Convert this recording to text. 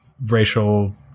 racial